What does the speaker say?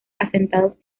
asentados